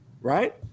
right